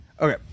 okay